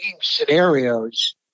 scenarios